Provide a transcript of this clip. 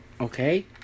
Okay